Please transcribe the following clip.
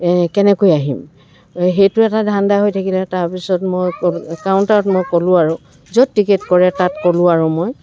কেনেকৈ আহিম সেইটোও এটা ধান্দা হৈ থাকিলে তাৰপিছত মই কাউণ্টাৰত মই ক'লোঁ আৰু য'ত টিকেট কৰে তাত ক'লোঁ আৰু মই